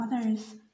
others